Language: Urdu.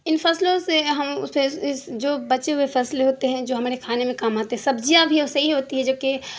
ان فصلوں سے ہم جو بچے ہوئے فصل ہوتے ہیں جو ہمارے کھانے میں کام آتے ہیں سبزیاں بھی ویسے ہی ہوتی ہے جوکہ